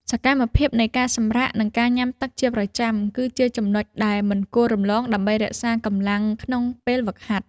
សកម្មភាពនៃការសម្រាក និងការញ៉ាំទឹកជាប្រចាំ គឺជាចំណុចដែលមិនគួររំលងដើម្បីរក្សាកម្លាំងក្នុងពេលហ្វឹកហាត់។